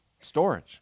storage